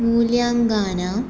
मूल्याङ्कानाम्